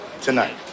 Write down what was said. Tonight